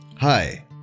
Hi